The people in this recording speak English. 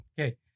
Okay